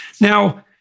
Now